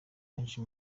benshi